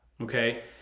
okay